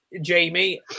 Jamie